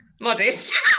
Modest